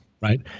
Right